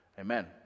Amen